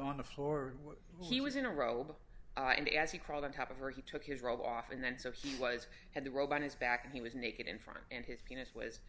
on the floor he was in a robe and as he crawled on top of her he took his robe off and then so he was had the robe on his back he was naked in front and his penis was